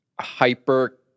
hyper